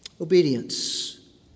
obedience